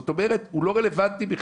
זאת אומרת הוא לא רלוונטי בכלל.